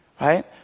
Right